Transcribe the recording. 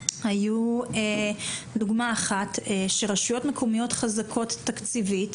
לדוגמה הצענו שרשויות מקומיות חזקות תקציבית